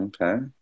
Okay